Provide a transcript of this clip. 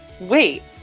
Wait